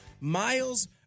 Miles